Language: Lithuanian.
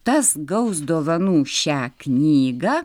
tas gaus dovanų šią knygą